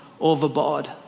overboard